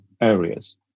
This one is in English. areas